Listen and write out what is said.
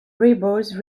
rebels